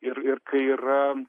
ir ir kai yra